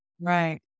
Right